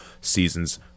Seasons